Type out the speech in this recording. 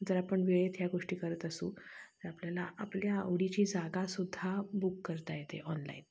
जर आपण वेळेत ह्या गोष्टी करत असू तर आपल्याला आपल्या आवडीची जागासुद्धा बुक करता येते ऑनलाईन